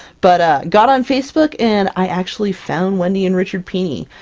but got on facebook, and i actually found wendy and richard pini!